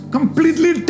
Completely